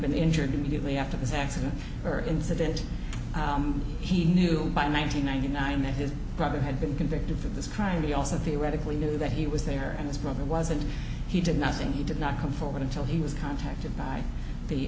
been injured immediately after this accident or incident he knew by nine hundred ninety nine that his brother had been convicted for this crime he also theoretically knew that he was there and his brother was and he did nothing he did not come forward until he was contacted by the